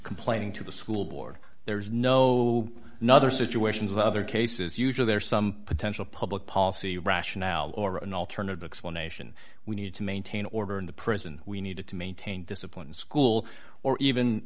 complaining to the school board there is no another situations other cases usually there are some potential public policy rationale or an alternative explanation we need to maintain order in the prison we need to maintain discipline in school or even